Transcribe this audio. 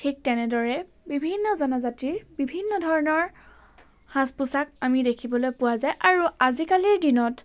ঠিক তেনেদৰে বিভিন্ন জনজাতিৰ বিভিন্ন ধৰণৰ সাজ পোাক আমি দেখিবলৈ পোৱা যায় আৰু আজিকালিৰ দিনত